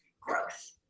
growth